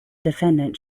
defendant